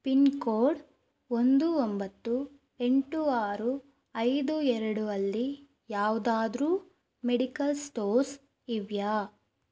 pin code ಒಂದು ಒಂಬತ್ತು ಎಂಟು ಆರು ಐದು ಎರಡು ಅಲ್ಲಿ ಯಾವುದಾದರೂ ಮೆಡಿಕಲ್ ಸ್ಟೋರ್ಸ್ ಇವೆಯಾ